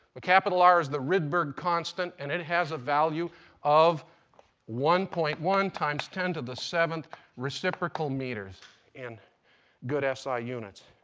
ah capital r as the rydberg constant and it has a value of one point one times ten to the seventh reciprocal meters in good st ah units.